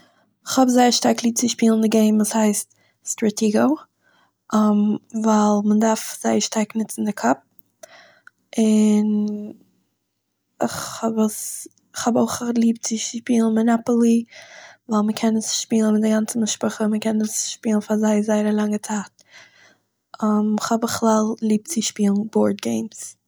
איך האב זייער שטארק ליב צו שפילן די געים וואס הייסט "סטראטיגאו", ווייל מ'דארף זייער שטארק ניצן די קאפ, און כ'האב עס- כ'האב אויך ליב צו שפילן מאנאפאלי ווייל מען קען עס שפילן מיט די גאנצע משפחה, מ'קען עס שפילן פאר זייער זייער א לאנגע צייט. איך האב בכלל ליב צו שפילן באורד געימס